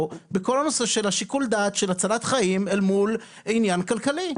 בכל הנושא של שיקול הדעת של הצלת חיים אל מול עניין כלכלי.